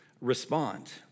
respond